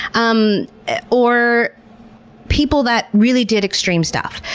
um or people that really did extreme stuff.